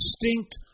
distinct